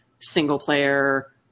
single-player